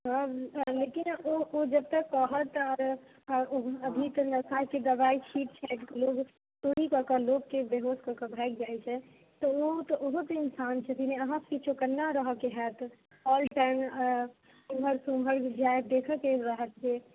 sir लेकिन ओ जब तक कहत अभी तऽ नशाके दबाइ छीट छाटिके लोग चोरी कऽके लोकके बेहोश कऽके भागि जाइ छै तऽ ओहो ओहो तऽ इन्सान छथिन अहाँके चौकन्ना रहैके हैत ऑलटाइम एम्हरसँ ओम्हर जायके